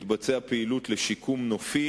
תתבצע פעילות לשיקום נופי,